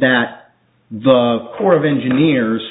that the corps of engineers